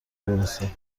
برسه